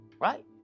right